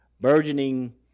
burgeoning